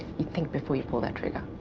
you think before you pull that trigger.